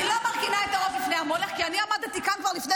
אני לא מרכינה את הראש בפני המולך כי אני עמדתי כאן כבר לפני